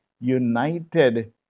united